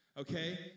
okay